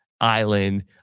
Island